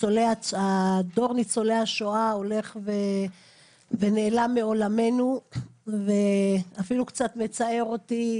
דור ניצולי השואה הולך ונעלם מעולמנו ואפילו קצת מצער אותי